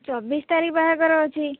ଚବିଶ ତାରିଖ ବାହାଘର ଅଛି